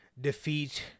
defeat